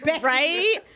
right